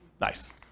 Nice